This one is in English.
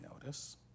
notice